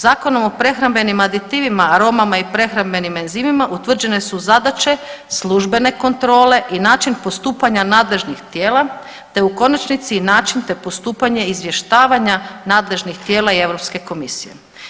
Zakonom o prehrambenim aditivima, aromama i prehrambenim enzimima utvrđene su zadaće službene kontrole i način postupanja nadležnih tijela te u konačnici, način te postupanje izvještavanja nadležnih tijela i Europske komisije.